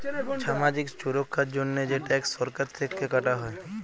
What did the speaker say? ছামাজিক ছুরক্ষার জন্হে যে ট্যাক্স সরকার থেক্যে কাটা হ্যয়